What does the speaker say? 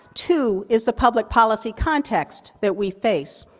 too, is the public policy context that we face.